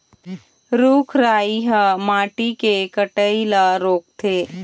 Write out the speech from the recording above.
रूख राई ह माटी के कटई ल रोकथे